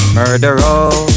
murderer